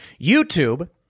YouTube